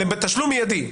"לתשלום מיידי".